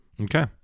okay